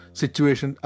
situation